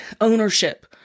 ownership